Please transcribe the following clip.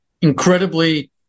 incredibly